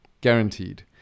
Guaranteed